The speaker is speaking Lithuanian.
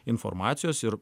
informacijos ir